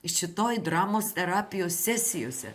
šitoj dramos terapijos sesijose